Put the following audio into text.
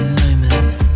moments